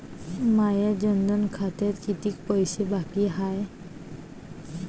माया जनधन खात्यात कितीक पैसे बाकी हाय?